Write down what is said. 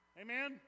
Amen